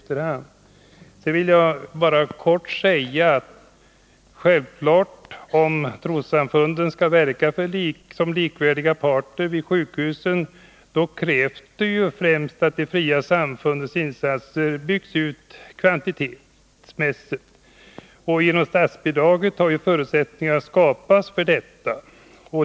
Sedan vill jag bara kort säga, att om trossamfunden skall verka som likvärdiga portar vid sjukhusen, krävs det självfallet främst att de fria samfundens insatser byggs ut kvantitativt. Genom statsbidraget har förutsättningar skapats för detta.